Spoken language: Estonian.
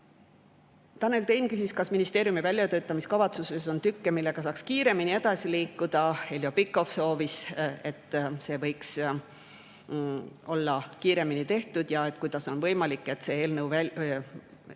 Tanel Tein küsis, kas ministeeriumi väljatöötamiskavatsuses on tükke, millega saaks kiiremini edasi liikuda. Heljo Pikhof soovis, et see võiks olla kiiremini tehtud, ja küsis, kuidas on võimalik, et see eelmine